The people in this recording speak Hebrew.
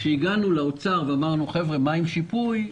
כשהגענו לאוצר ואמרנו: חבר'ה, מה עם שיפוי?